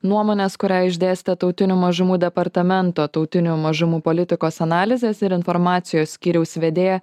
nuomones kurią išdėstė tautinių mažumų departamento tautinių mažumų politikos analizės ir informacijos skyriaus vedėja